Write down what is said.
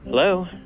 Hello